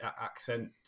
accent